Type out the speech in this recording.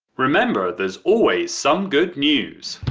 remember, there's always some good news.